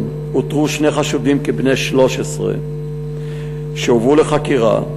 אותרו שני חשודים כבני 13 והובאו לחקירה.